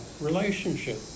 relationship